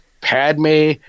Padme